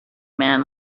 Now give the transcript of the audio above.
man